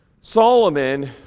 Solomon